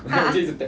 uh uh